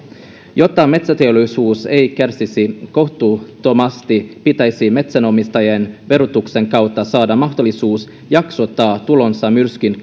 jotta metsäteollisuus ei kärsisi kohtuuttomasti pitäisi metsänomistajien verotuksen kautta saada mahdollisuus jaksottaa tulonsa myrskyn